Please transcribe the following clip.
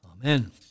Amen